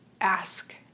ask